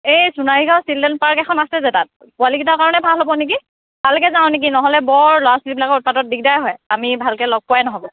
এই Sonarigaon children park এখন আছে যে তাত পোৱালিকেইটাৰ কাৰণে ভাল হ'ব নেকি তালৈকে যাওঁ নেকি নহ'লে বৰ ল'ৰা ছোৱালীবিলাকৰ উৎপাতত দিগদাৰে হয় আমি ভালকৈ লগ কৰাই নহ'ব